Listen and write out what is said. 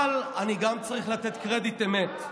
אבל אני גם צריך לתת קרדיט אמת,